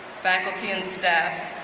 faculty and staff,